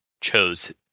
chose